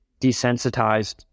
desensitized